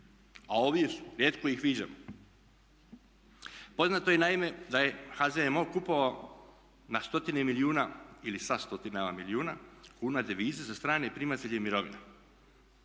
a ovdje su, rijetko ih viđamo. Poznato je naime da HZMO kupovao na stotine milijuna ili sa stotinama milijuna kuna devize za strane primatelje mirovina.